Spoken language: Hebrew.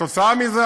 כתוצאה מזה,